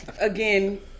again